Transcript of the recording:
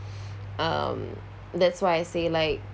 um that's why I say like